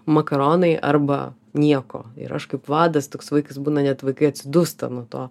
makaronai arba nieko ir aš kaip vadas toks vaikas būna net vaikai atsidūsta nuo to